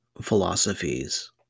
philosophies